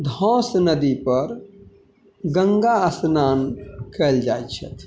धौस नदीपर गङ्गा स्नान कएल जाइ छै